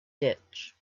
ditch